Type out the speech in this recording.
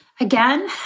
again